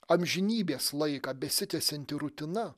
amžinybės laiką besitęsianti rutina